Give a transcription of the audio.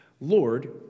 Lord